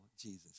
Jesus